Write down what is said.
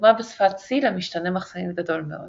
דוגמה בשפת C למשתנה מחסנית גדול מאוד